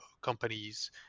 companies